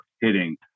hitting